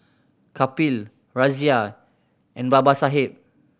Kapil Razia and Babasaheb